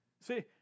See